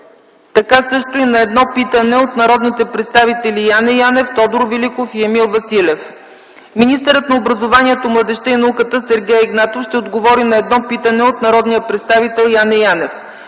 така и на едно питане от народните представители Яне Янев, Тодор Великов и Емил Василев. Министърът на образованието, младежта и науката Сергей Игнатов ще отговори на едно питане от народния представител Яне Янев.